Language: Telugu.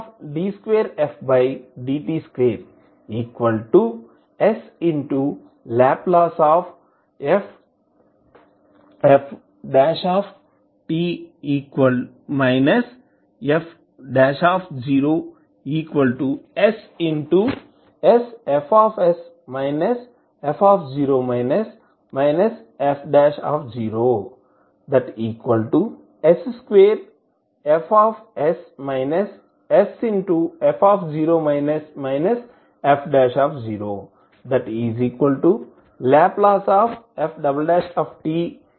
Ld2fdt2sLf f0ssFs f f0 s2Fs sf f0 Lf s2Fs sf f0అవుతుంది